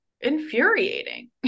infuriating